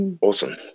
Awesome